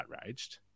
outraged